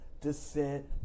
descent